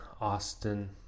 Austin